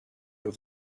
have